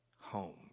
home